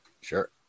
Sure